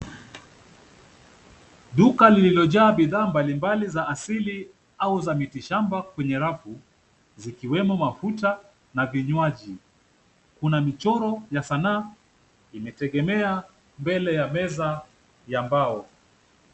Duka lililojaa bidhaa mbalimbali za asili au za mitishamba kwenye rafu zikiwemo mafuta na vinywaji. Kuna michoro ya sanamu imeegemea mbele ya meza ya mbao.